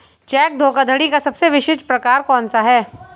Check धोखाधड़ी का सबसे विशिष्ट प्रकार कौन सा है?